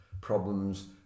problems